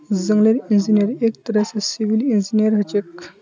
जंगलेर इंजीनियर एक तरह स सिविल इंजीनियर हछेक